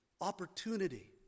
opportunity